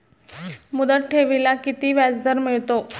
मुदत ठेवीला किती व्याजदर मिळतो?